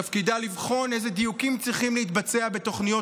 שתפקידה לבחון איזה דיוקים צריכים להתבצע בתוכניות